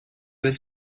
was